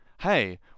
Hey